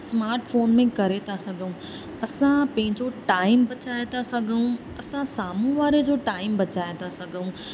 smart phone में करे था सघूं असां पंहिंजो टाइम बचाए था सघूं असां साम्हूं वारे जो टाइम बचाए था सघूं